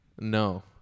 no